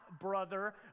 brother